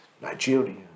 Nigeria